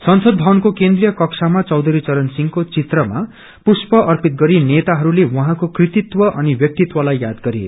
संसद भवनको केन्द्रिय कक्षामा चौधरी चरण सिंहको चित्रमा पुष् अर्पित गरी नेताहरूले उनको कृतित्व अनि व्याक्तित्वलाई याद गरे